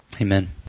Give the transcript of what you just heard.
Amen